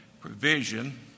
provision